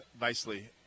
nicely